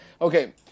okay